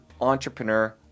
entrepreneur